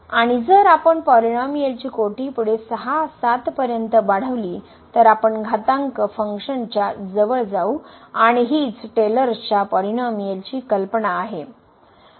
आणि जर आपण पॉलिनोमिअलची कोटी पुढे 6 7 पर्यंत वाढवली तर आपण घातांक फंक्शनच्या जवळ जाऊ आणि हीच टेलरसच्या पॉलिनोमिअलची कल्पना आहे